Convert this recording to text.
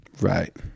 Right